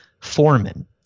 foreman